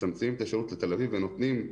מצמצמים את השירות לתל אביב ומחשמלים